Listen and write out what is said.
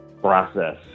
process